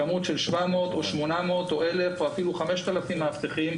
כמות של 700 או אפילו 5,000 מאבטחים,